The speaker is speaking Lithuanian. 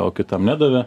o kitam nedavė